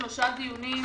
שלושה דיונים